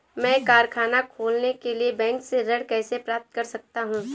मैं कारखाना खोलने के लिए बैंक से ऋण कैसे प्राप्त कर सकता हूँ?